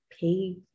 pay